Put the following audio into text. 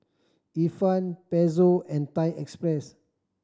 Ifan Pezzo and Thai Express